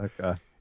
Okay